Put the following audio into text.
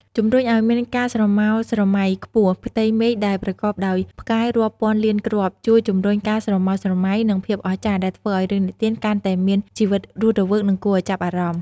ជំរុញអោយមានការស្រមើស្រមៃខ្ពស់ ផ្ទៃមេឃដែលប្រកបដោយផ្កាយរាប់ពាន់លានគ្រាប់ ជួយជំរុញ ការស្រមើស្រមៃ និង ភាពអស្ចារ្យ ដែលធ្វើឲ្យរឿងនិទានកាន់តែមានជីវិតរស់រវើក និងគួរឲ្យចាប់អារម្មណ៍ ។